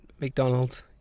McDonald's